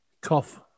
Cough